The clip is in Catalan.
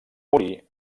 morí